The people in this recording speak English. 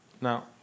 Now